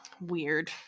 weird